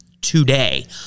today